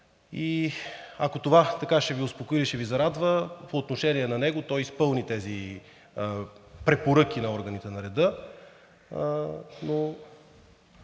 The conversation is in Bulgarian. и ако това ще Ви успокои или ще Ви зарадва по отношение на него, той изпълни тези препоръки на органите на реда, но